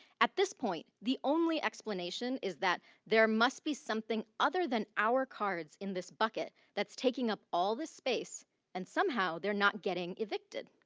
at this point, the only explanation is that there must be something other than our cards in this bucket that's taking up all the space and somehow they're not getting evicted.